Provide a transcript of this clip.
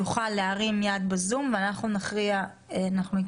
יוכל להרים יד בזום ונשמע אותו.